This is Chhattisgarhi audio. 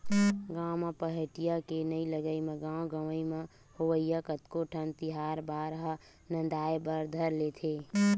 गाँव म पहाटिया के नइ लगई म गाँव गंवई म होवइया कतको ठन तिहार बार ह नंदाय बर धर लेथे